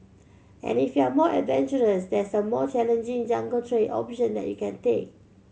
and if you're more adventurous there's a more challenging jungle trail option that you can take